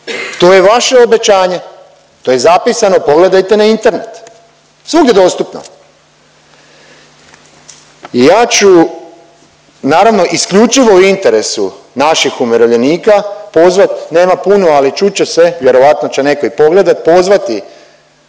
To je vaše obećanje, to je zapisano, pogledajte na Internet, svugdje dostupno. I ja ću naravno isključivo u interesu naših umirovljenika pozvat, nema puno, ali čut će se, vjerojatno će netko i pogledati, pozvati